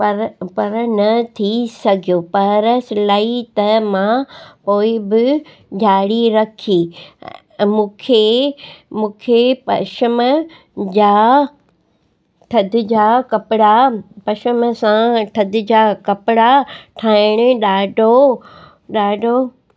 पर पर न थी सघियो पर सिलाई त मां पोइ बि जारी रखी मूंखे मूंखे पश्चिम जा थध जा कपिड़ा पश्चिम सां थध जा कपिड़ा ठाहिणु ॾाढो ॾाढो